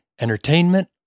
entertainment